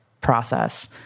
process